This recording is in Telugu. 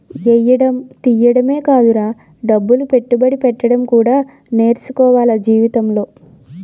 ఎయ్యడం తియ్యడమే కాదురా డబ్బులు పెట్టుబడి పెట్టడం కూడా నేర్చుకోవాల జీవితంలో